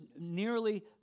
nearly